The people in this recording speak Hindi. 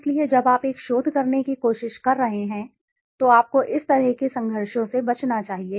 इसलिए जब आप एक शोध करने की कोशिश कर रहे हैं तो आपको इस तरह के संघर्षों से बचना चाहिए